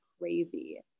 crazy